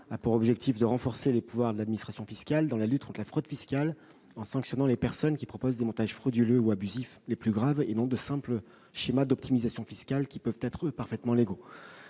le Gouvernement vise à renforcer les pouvoirs de l'administration fiscale dans la lutte contre la fraude fiscale, en sanctionnant les personnes proposant les montages frauduleux ou abusifs les plus graves, et non de simples schémas d'optimisation fiscale qui, eux, peuvent être parfaitement légaux.